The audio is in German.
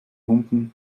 humpen